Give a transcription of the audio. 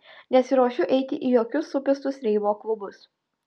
nesiruošiu eiti į jokius supistus reivo klubus